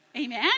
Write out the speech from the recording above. Amen